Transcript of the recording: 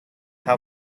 how